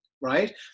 right